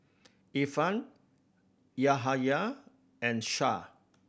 Irfan Yahaya and Shah